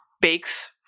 bakes